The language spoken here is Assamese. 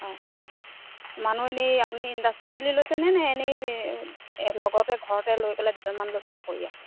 হয় হয় মানুহ এনে আপুনি ইণ্ডাষ্ট্ৰি খুলি লৈছেনে নে এনেই লগতে ঘৰতে লৈ পেলাই দুজনমান লৈ পেলাই কৰি আছে